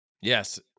Yes